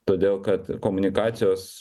todėl kad komunikacijos